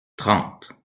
trente